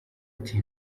ati